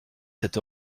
cette